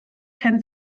kein